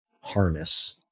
harness